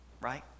Right